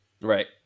Right